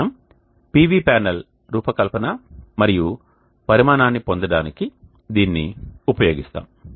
మనము PV panel రూపకల్పన మరియు పరిమాణాన్ని రూపొందించడానికి దీనిని ఉపయోగిస్తాము